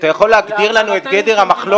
אתה יכול להגדיר לנו את גדר המחלוקת?